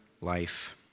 life